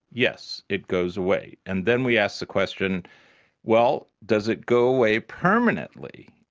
yes, it goes away. and then we asked the question well, does it go away permanently?